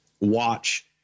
watch